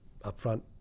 upfront